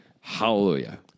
Hallelujah